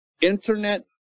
Internet